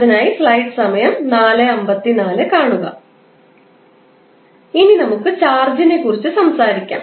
ഇനി നമുക്ക് ചാർജിനെക്കുറിച്ച് സംസാരിക്കാം